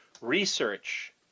research